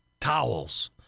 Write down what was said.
towels